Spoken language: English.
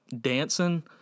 dancing